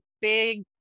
big